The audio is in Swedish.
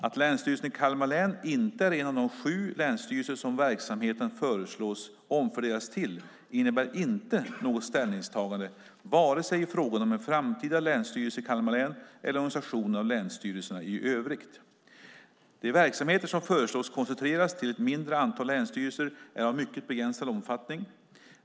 Att Länsstyrelsen i Kalmar län inte är en av de sju länsstyrelser som verksamheten föreslås omfördelas till innebär inte något ställningstagande vare sig i frågan om en framtida länsstyrelse i Kalmar län eller i organisationen av länsstyrelserna i övrigt. De verksamheter som föreslås koncentreras till ett mindre antal länsstyrelser är av mycket begränsad omfattning.